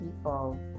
people